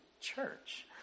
church